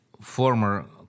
Former